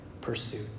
pursuit